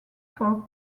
for